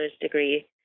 degree